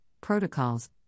protocols